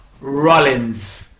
rollins